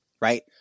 right